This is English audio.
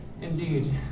indeed